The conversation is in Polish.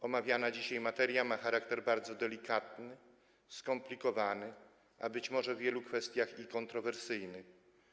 Omawiana dzisiaj materia ma charakter bardzo delikatny, skomplikowany, a być może w wielu kwestiach i kontrowersyjny.